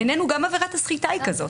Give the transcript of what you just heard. בינינו, גם עבירת הסחיטה היא כזאת